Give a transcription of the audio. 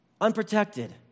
unprotected